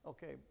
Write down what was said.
Okay